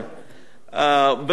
הרי מה יקרה אם החוק